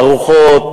ארוחות,